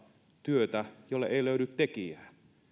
työtä jolle ei löydy tekijää